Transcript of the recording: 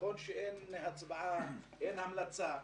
נכון שאין הצבעה, אין המלצה,